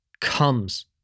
comes